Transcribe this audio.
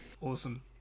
Awesome